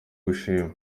kwishima